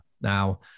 Now